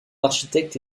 architecte